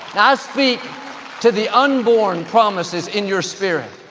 i speak to the unborn promises in your spirit,